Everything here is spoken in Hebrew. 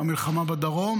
המלחמה בדרום